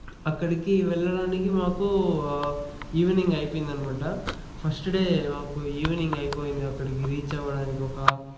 అక్కడికి వెళ్లడానికి మాకు ఈవినింగ్ అయిపోయిందనమాట ఫస్ట్ డే మాకు ఈవినింగ్ అయిపోయింది అక్కడికి రీచ్ అవడానికి ఒక